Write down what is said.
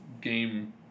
game